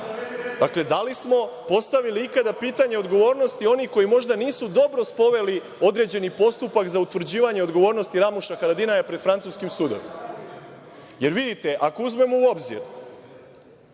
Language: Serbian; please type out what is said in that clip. dakle da li smo postavili ikada pitanje odgovornosti onih koji možda nisu dobro sproveli određeni postupak za utvrđivanje odgovornosti Ramoša Haradinaja, pred francuskim sudovima. Vidite, ako uzmemo u obzir